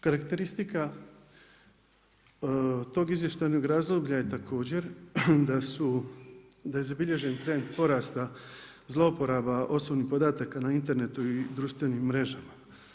Karakteristika tog izvještajnog razdoblja je također da je zabilježen trend porasta zlouporaba osobnih podataka na internetu i društvenim mrežama.